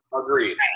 Agreed